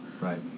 Right